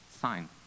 sign